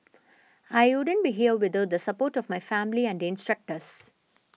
I wouldn't be here without the support of my family and instructors